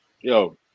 Yo